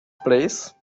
please